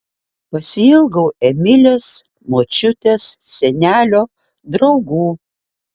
pasiilgau emilės močiutės senelio draugų